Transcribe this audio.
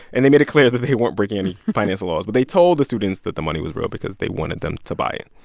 and they made it clear that they weren't breaking any finance laws. but they told the students that the money was real because they wanted them to buy it.